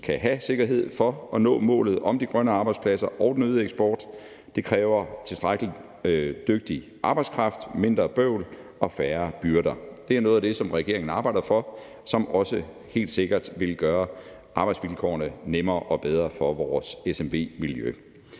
kan have sikkerhed for at nå målet om de grønne arbejdspladser og den øgede eksport. Det kræver tilstrækkelig dygtig arbejdskraft, mindre bøvl og færre byrder. Det er noget af det, som regeringen arbejder for, og som også helt sikkert vil gøre arbejdsvilkårene nemmere og bedre for vores SMV-miljø.